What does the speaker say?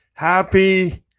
Happy